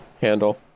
handle